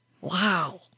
Wow